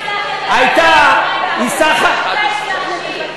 גם את זה הצלחתם לבטל.